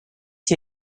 two